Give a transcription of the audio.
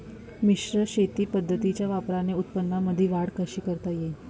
मिश्र शेती पद्धतीच्या वापराने उत्पन्नामंदी वाढ कशी करता येईन?